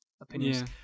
opinions